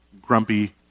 grumpy